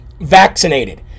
vaccinated